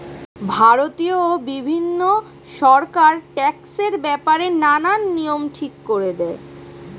ভারতীয় এবং বিভিন্ন সরকার ট্যাক্সের ব্যাপারে নানান নিয়ম ঠিক করে দেয়